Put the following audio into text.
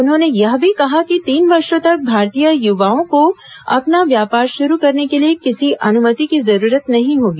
उन्होंने यह भी कहा कि तीन वर्षो तक भारतीय युवाओं को अपना व्यापार शुरू करने के लिए किसी अनुमति की जरूरत नहीं होगी